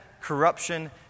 corruption